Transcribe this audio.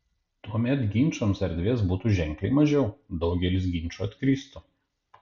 tuomet ginčams erdvės būtų ženkliai mažiau daugelis ginčų atkristų